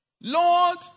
Lord